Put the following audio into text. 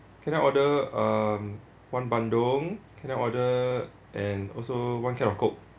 can I order um one bandung can I order and also one can of coke